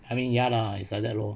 I mean ya lah it's like that lor